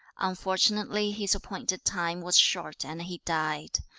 unfortunately his appointed time was short, and he died.